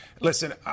Listen